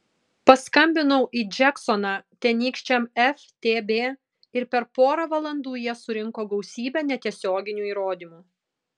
paskambinau į džeksoną tenykščiam ftb ir per porą valandų jie surinko gausybę netiesioginių įrodymų